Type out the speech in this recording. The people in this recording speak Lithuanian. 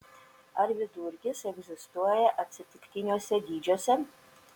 ar vidurkis egzistuoja atsitiktiniuose dydžiuose